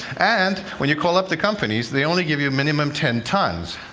and when you call up the companies, they only give you minimum ten tons,